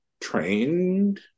trained